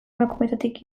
emakumeetatik